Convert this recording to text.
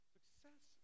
Success